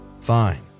Fine